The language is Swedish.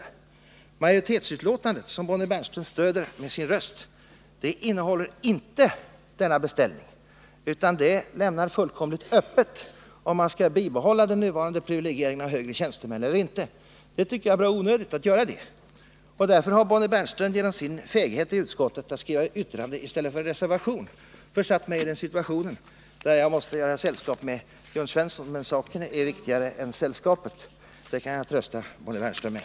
I utskottsmajoritetens skrivning, som Bonnie Bernström stöder med sin röst, ges inte uttryck för samma inställning. Här lämnas frågan helt öppen, om man skall bibehålla den nuvarande privilegieringen av högre tjänstemän eller inte, något som jag tycker är fel. Bonnie Bernström har således genom sin feghet att avge ett särskilt yttrande i stället för att avlämna en reservation försatt mig i den situationen att jag måste göra sällskap med Jörn Svensson. Men saken är viktigare än sällskapet, det kan jag trösta Bonnie Bernström med.